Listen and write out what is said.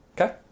Okay